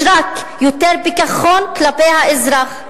יש רק יותר פיקחון כלפי האזרח,